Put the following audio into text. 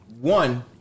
one